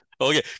okay